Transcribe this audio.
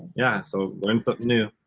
yeah, so learned something new.